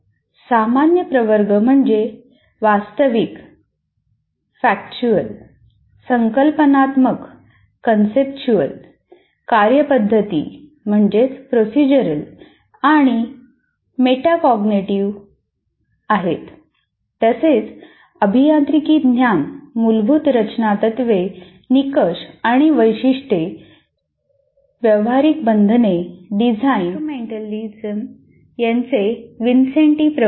सामान्य प्रवर्ग म्हणजे वास्तविक आहेत तसेच अभियांत्रिकी ज्ञान मूलभूत रचना तत्त्वे निकष आणि वैशिष्ट्ये व्यावहारिक बंधने डिझाइन इंस्ट्रूमेंन्टयालिटिज यांचे विन्सेन्टी प्रवर्ग